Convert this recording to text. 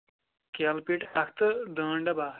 کیلہٕ پیٖٹ اکھ تہٕ دٲن ڈَبہٕ اَکھ